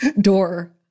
door